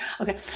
Okay